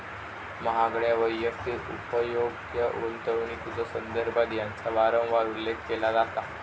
महागड्या वैयक्तिक उपभोग्य गुंतवणुकीच्यो संदर्भात याचा वारंवार उल्लेख केला जाता